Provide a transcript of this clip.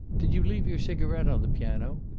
did you leave your cigaret on the piano?